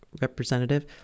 representative